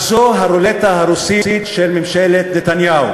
אז זאת הרולטה הרוסית של ממשלת נתניהו.